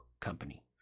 company